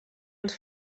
els